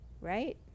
right